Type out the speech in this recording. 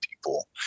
people